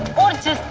want to